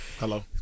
Hello